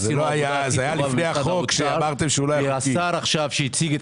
זה היה לפני החוק- -- השר עכשיו שהציג את